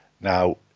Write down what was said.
Now